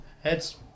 Heads